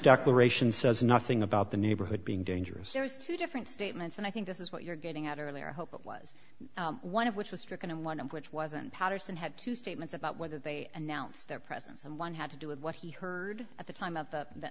aeration says nothing about the neighborhood being dangerous there's two different statements and i think this is what you're getting at earlier hope was one of which was stricken and one of which wasn't patterson had two statements about whether they announce their presence and one had to do with what he heard at the time of the